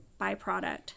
byproduct